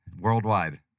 worldwide